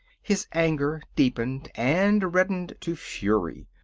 his anger deepened and reddened to fury.